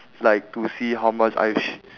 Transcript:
like to see how much I've ch~